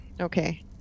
okay